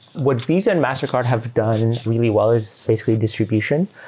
what visa and mastercard have done really well is basically distribution.